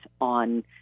on